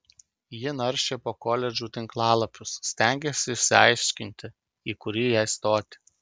ji naršė po koledžų tinklalapius stengėsi išsiaiškinti į kurį jai stoti